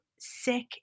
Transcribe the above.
sick